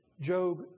Job